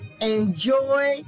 enjoy